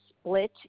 Split